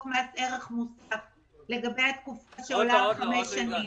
מס ערך מוסף לגבי התקופה על חמש שנים.